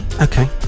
Okay